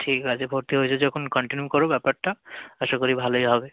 ঠিক আছে ভর্তি হয়েছো যখন কন্টিনিউ করো ব্যাপারটা আশা করি ভালোই হবে